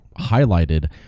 highlighted